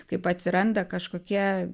kaip atsiranda kažkokie